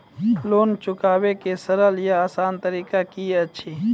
Loan चुकाबै के सरल या आसान तरीका की अछि?